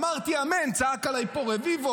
אמרתי "אמן" צעק עליי פה רביבו.